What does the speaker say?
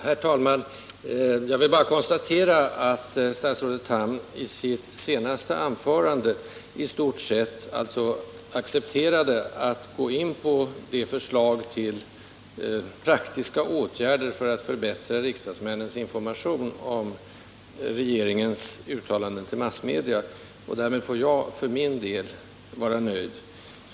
Herr talman! Jag vill bara konstatera att statsrådet Tham i sitt senaste anförande i stort sett accepterat att gå in på de förslag till praktiska åtgärder för att förbättra riksdagsmännens information om regeringsuttalanden till massmedia som jag förespråkat. Därmed får jag för min del vara nöjd.